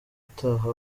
utaha